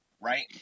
right